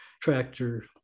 tractor